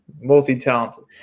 multi-talented